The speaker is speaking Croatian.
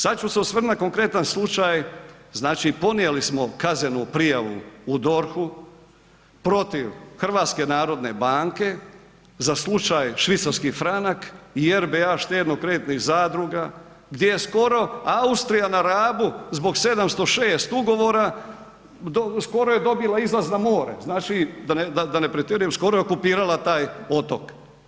Sad ću se osvrnuti na konkretan slučaj, znači podnijeli smo kaznenu prijavu u DORH-u protiv HNB-a za slučaj švicarski franak i RBA štedno-kreditnih zadruga gdje je skoro Austrija na Rabu zbog 706 ugovora, skoro je dobila izlaz na more, znači da ne pretjerujem, skoro je okupirala taj otok.